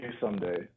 someday